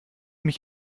mich